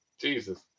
Jesus